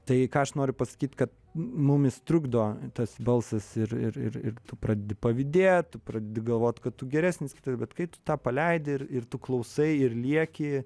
tai ką aš noriu pasakyt kad mumis trukdo tas balsas ir ir ir tu pradedi pavydėt tu pradedi galvot kad tu geresnis bet kai tu tą paleidi ir ir tu klausai ir lieki